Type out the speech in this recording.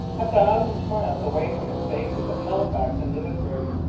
a thousand miles away from its bases at halifax and louisbourg,